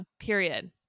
Period